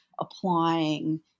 applying